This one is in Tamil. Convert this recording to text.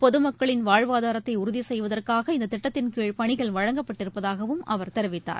பொகமக்களின் வாழ்வாதாரத்தைஉறுதிசெய்வதற்காக இந்ததிட்டத்தின்கீழ் பணிகள் வழங்கப்பட்டிருப்பதாகவும் அவர் தெரிவித்தார்